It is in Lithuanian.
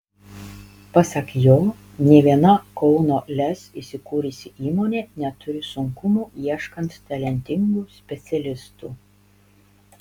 pasak jo nė viena kauno lez įsikūrusi įmonė neturi sunkumų ieškant talentingų specialistų